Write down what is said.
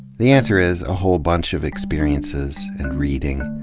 the answer is, a whole bunch of experiences, and reading,